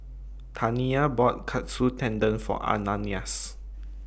Tania bought Katsu Tendon For Ananias